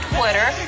Twitter